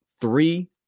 three